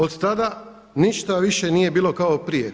Od tada ništa više nije bilo kao prije.